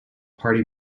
party